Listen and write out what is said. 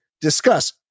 Discuss